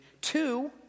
Two